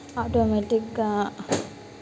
ఆటోమేటిగ్గా